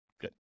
Good